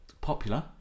popular